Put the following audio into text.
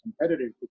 competitive